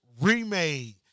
remade